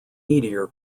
meteor